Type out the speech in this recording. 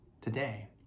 today